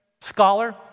scholar